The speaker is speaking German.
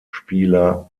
spieler